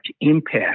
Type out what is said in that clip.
impact